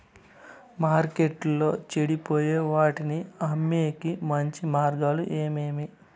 మార్కెట్టులో చెడిపోయే వాటిని అమ్మేకి మంచి మార్గాలు ఏమేమి